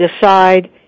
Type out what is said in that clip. decide